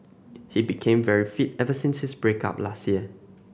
he became very fit ever since his break up last year